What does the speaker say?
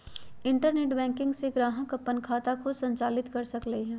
internet banking से ग्राहक अप्पन खाता खुद संचालित कर सकलई ह